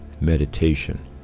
meditation